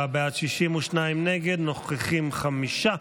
34 בעד, 62 נגד, נוכחים, חמישה.